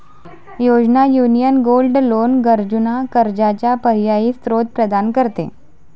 योजना, Union gold loan गरजूंना कर्जाचा पर्यायी स्त्रोत प्रदान करते